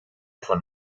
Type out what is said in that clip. von